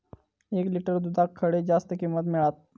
एक लिटर दूधाक खडे जास्त किंमत मिळात?